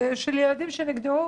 של ילדים שנגדעו